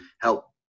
help